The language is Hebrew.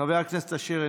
חבר הכנסת אשר,